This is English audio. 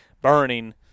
burning